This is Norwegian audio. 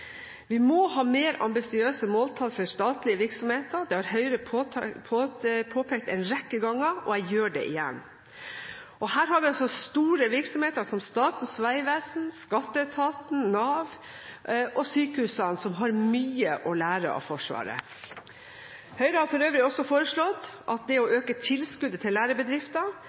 Vi må ha mer ambisiøse måltall for statlige virksomheter – det har Høyre påpekt en rekke ganger, og jeg gjør det igjen. Her har vi store virksomheter som Statens vegvesen, skatteetaten, Nav og sykehusene, som har mye å lære av Forsvaret. Høyre har for øvrig også foreslått å øke tilskuddet til lærebedrifter,